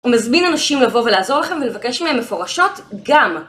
הוא מזמין אנשים לבוא ולעזור לכם ולבקש מהם מפורשות גם!